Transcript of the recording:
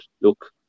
look